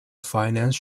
finance